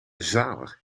zalig